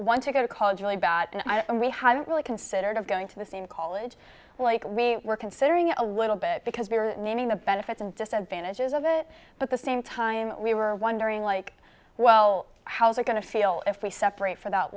want to go to college really bad and we haven't really considered of going to the same college like we were considering it a little bit because they were naming the benefits and disadvantages of it but the same time we were wondering like well how they're going to feel if we separate for that